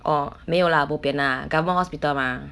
oh 没有 lah bo pian lah government hospital mah